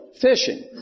fishing